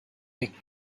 big